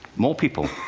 more people.